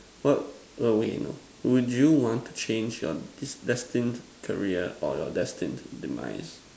what oh wait no would you want to want to change your destined career or your destined demise